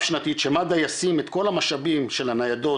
שמד"א ישים את כל המשאבים של הניידות,